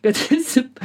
kad esi